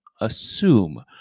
assume